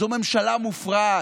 זאת ממשלה מופרעת,